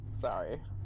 sorry